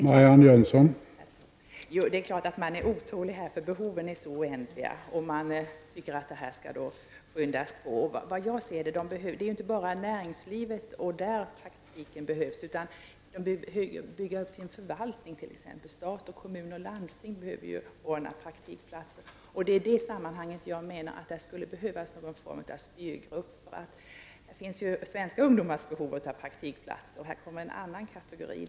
Herr talman! Det är klart att det finns en otålighet, eftersom behoven är så oändliga. Man tycker att projektet skulle skyndas på. Det är som jag ser det inte bara inom näringslivet som praktiken behövs, utan de baltiska staterna behöver också bygga upp sin förvaltning; stat, kommun och landsting behöver ordna praktikplatser. Det är i detta sammanhang som jag menar att det skulle behövas någon form av styrgrupp, eftersom också svenska ungdomar har behov av praktikplatser; det blir alltså även fråga om en annan kategori.